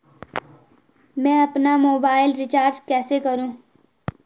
मैं अपना mobile recharge कैसे करूँ?